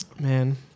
man